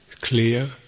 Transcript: clear